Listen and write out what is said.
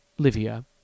Livia